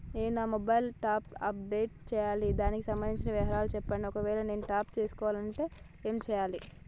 నేను నా mobile top up చేయాలి దానికి సంబంధించిన వివరాలు చెప్పండి ఒకవేళ నేను టాప్ చేసుకోవాలనుకుంటే ఏం చేయాలి?